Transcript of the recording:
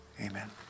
amen